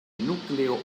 núcleo